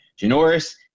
Janoris